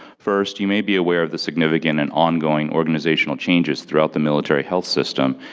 first, you may be aware of the significant and ongoing organizational changes throughout the military health system,